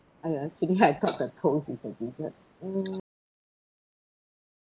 !aiya! actually I thought the toast is the dessert um